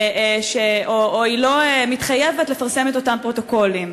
או היא לא מתחייבת לפרסם את אותם פרוטוקולים.